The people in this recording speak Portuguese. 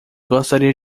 gostaria